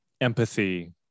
empathy